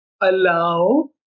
allow